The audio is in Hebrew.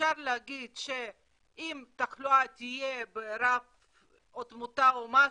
אפשר להגיד שאם התחלואה תהיה ברף או התמותה או משהו,